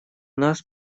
нас